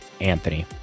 Anthony